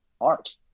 art